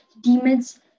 demons